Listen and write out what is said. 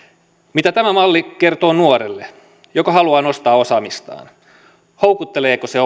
mitä tämä malli kertoo nuorelle joka haluaa nostaa osaamistaan houkutteleeko se